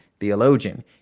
theologian